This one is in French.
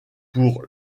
pour